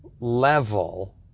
level